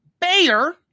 Bayer